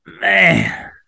Man